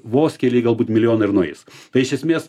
vos keli galbūt milijonai ir nueis tai iš esmės